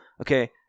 Okay